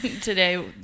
today